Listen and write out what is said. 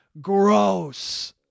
gross